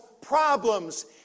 problems